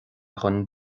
don